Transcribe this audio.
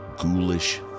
ghoulish